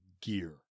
gear